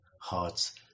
hearts